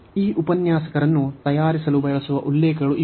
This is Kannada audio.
ಈ ಉಪನ್ಯಾಸಕರನ್ನು ತಯಾರಿಸಲು ಬಳಸುವ ಉಲ್ಲೇಖಗಳು ಇವು